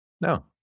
No